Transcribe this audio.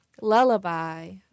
lullaby